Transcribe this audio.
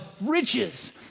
riches